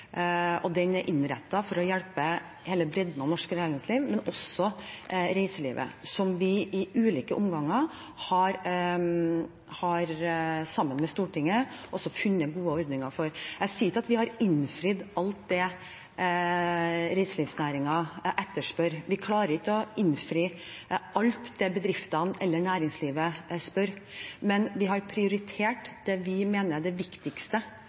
ulike omganger sammen med Stortinget også har funnet gode ordninger for. Jeg sier ikke at vi har innfridd alt det reiselivsnæringen etterspør. Vi klarer ikke å innfri alt det bedriftene eller næringslivet spør etter, men vi har prioritert det vi mener er det viktigste